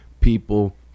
people